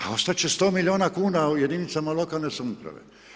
A ostat će 100 milijuna kuna u jedinicama lokalne samouprave.